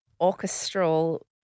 orchestral